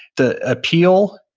the appeal,